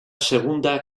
segunda